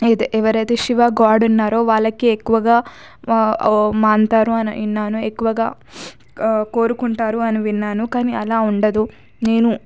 అయితే ఎవరైతే శివ గాడ్ ఉన్నారో వాళ్ళకి ఎక్కువగా మాంతారు అని విన్నాను ఎక్కువగా కోరుకుంటారు అని విన్నాను కానీ అలా ఉండదు నేను